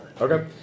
Okay